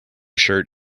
shirt